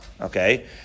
okay